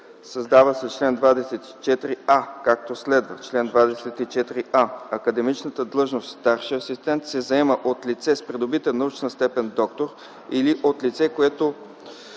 Създава се чл. 24а, както следва: „Чл. 24а. Академичната длъжност „старши асистент” се заема от лице с придобита научна степен „доктор” или от лице, което